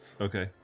Okay